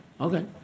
Okay